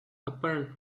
apparent